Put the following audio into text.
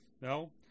No